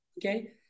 Okay